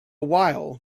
while